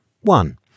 One